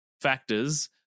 factors